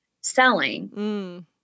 selling